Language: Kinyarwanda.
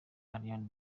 ariana